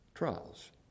Trials